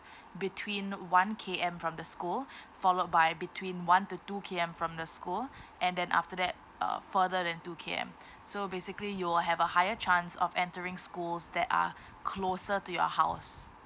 between one K_M from the school followed by between one to two K_M from the school and then after that uh further than two K_M so basically you will have a higher chance of entering schools that are closer to your house